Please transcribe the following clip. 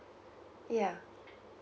yeah